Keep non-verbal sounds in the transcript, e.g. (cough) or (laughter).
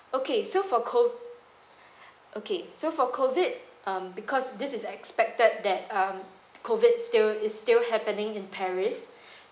okay so for co~ (breath) okay so for COVID um because this is expected that um COVID still is still happening in paris (breath)